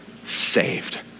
saved